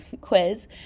quiz